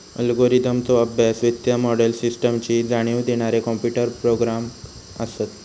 अल्गोरिदमचो अभ्यास, वित्तीय मोडेल, सिस्टमची जाणीव देणारे कॉम्प्युटर प्रोग्रॅम असत